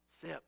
Sip